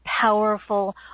powerful